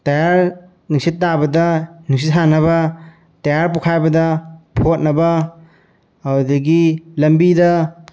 tyre ꯅꯨꯡꯁꯤꯠ ꯇꯥꯕꯗ ꯅꯨꯡꯁꯤꯠ ꯍꯥꯟꯅꯕ ꯇꯌꯥꯔ ꯄꯣꯈꯥꯏꯕꯗ ꯐꯣꯠꯅꯕ ꯑꯗꯨꯗꯒꯤ ꯂꯝꯕꯤꯗ